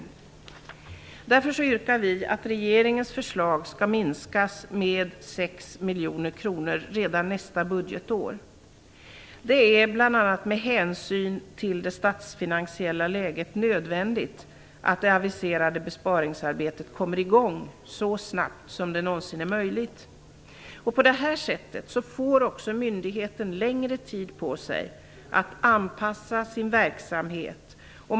Därför yrkar vi att regeringens förslag skall minskas med 6 miljoner kronor redan nästa budgetår. Det är bl.a. med hänsyn till det statsfinansiella läget nödvändigt att det aviserade besparingsarbetet kommer i gång så snabbt som det någonsin är möjligt. På det sättet får också myndigheten längre tid på sig att anpassa sin verksamhet.